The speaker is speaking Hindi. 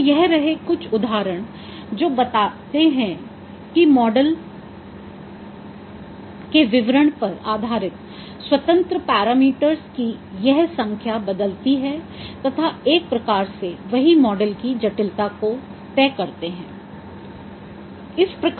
तो यह रहे कुछ उदाहरण जो बताते हैं कि मॉडल के विवरण पर आधारित स्वतंत्र पैरामीटर्स की यह संख्या बदलती है तथा एक प्रकार से वही मॉडल की जटिलता तय करते है